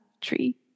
tree